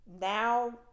Now